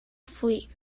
fleet